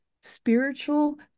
spiritual